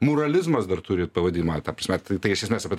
muralizmas dar turi pavadinimą ta prasme tai iš esmės apie